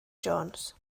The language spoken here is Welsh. jones